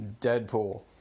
Deadpool